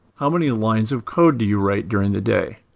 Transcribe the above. how many lines of code do you write during the day?